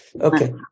Okay